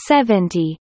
Seventy